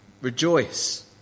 rejoice